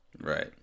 Right